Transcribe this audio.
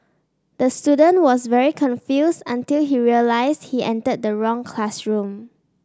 the student was very confused until he realized he entered the wrong classroom